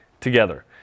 together